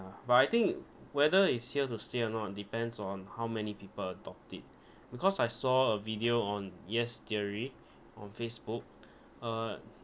but I think whether is here to stay or not depends on how many people adopt it because I saw a video on yes theory on Facebook uh